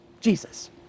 Jesus